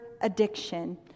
addiction